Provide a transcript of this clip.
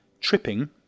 tripping